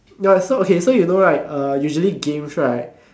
ya so okay so you know right uh usually games right